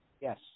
Yes